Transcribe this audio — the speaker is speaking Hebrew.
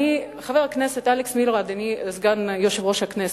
חבר הכנסת אלכס מילר, אדוני סגן יושב-ראש הכנסת,